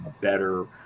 better